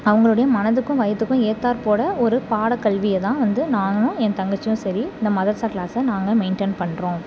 அவங்களுடைய மனதுக்கும் வயதுக்கும் ஏற்றாற் போல் ஒரு பாடக்கல்வியை தான் வந்து நானும் என் தங்கச்சியும் சரி இந்த மதரசா க்ளாஸை நாங்கள் மெயின்டெய்ன் பண்ணுறோம்